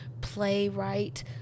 playwright